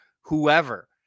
whoever